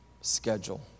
schedule